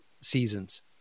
seasons